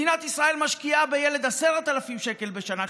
מדינת ישראל משקיעה בילד 10,000 שקל בשנה,